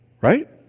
Right